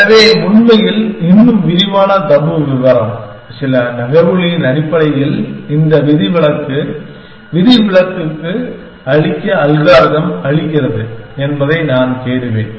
எனவே உண்மையில் இன்னும் விரிவான தபு விவரம்சில நகர்வுகளின் அடிப்படையில் இந்த விதிவிலக்குக்கு விதிவிலக்கு அளிக்க அல்காரிதம் அனுமதிக்கிறது என்பதை நான் தேடுவேன்